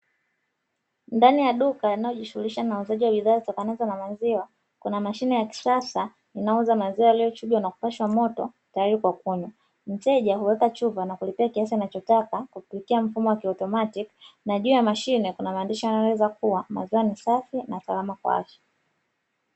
Ndani ya duka linalojihisisha na uzaji wa bidhaa za maziwa kuna mashine ya kisasa inayouza maziwa yaliyo chujwa na kupashwa moto tayari kwa kunywa, mteja huweka chupa na kulipia kiasi anachotaka katika mfumo wa kiautomatiki, na juu ya mashine kuna maneno yanayo someka kuwa ''maziwa ni safi na salama kwa afya''.